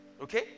okay